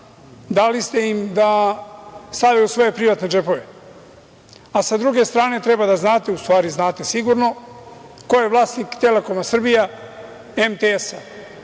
dali ste im da stavljaju u svoje privatne džepove. S druge strane, treba da znate, u stvari znate sigurno ko je vlasnik „Telekoma Srbija“, MTS-a.